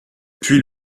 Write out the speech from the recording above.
puis